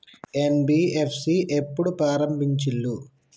NBFC ఎప్పుడు ప్రారంభించిల్లు?